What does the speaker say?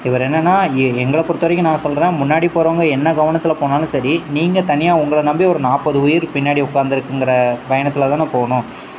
இவர் என்னன்னா எ எங்களை பொறுத்த வரைக்கும் நான் சொல்கிறேன் முன்னாடி போகிறவங்க என்ன கவனத்தில் போனாலும் சரி நீங்கள் தனியாக உங்களை நம்பி ஒரு நாற்பது உயிர் பின்னாடி உக்காந்து இருக்குங்கிற பயணத்தில் தானே போகணும்